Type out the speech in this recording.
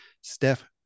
Steph